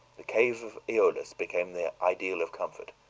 the cave of aeolus became their ideal of comfort,